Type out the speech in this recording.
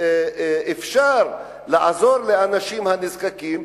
שאפשר יהיה לעזור לאנשים הנזקקים.